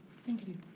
thank you.